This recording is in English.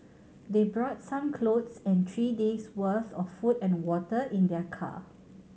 they brought some clothes and three days worth of food and water in their car